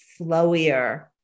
flowier